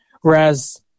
Whereas